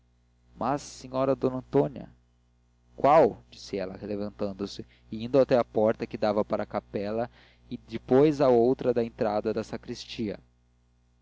mas senhora d antônia qual disse ela levantando-se e indo até à porta que dava para a capela e depois à outra de entrada da sacristia